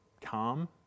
calm